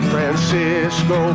Francisco